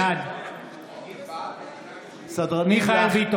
בעד הבן של מנחם בגין